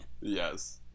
Yes